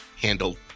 handled